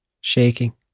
shaking